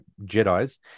Jedi's